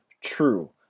true